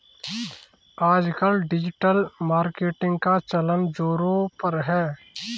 आजकल digital marketing का चलन ज़ोरों पर है